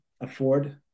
afford